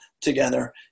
together